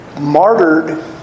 martyred